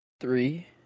Three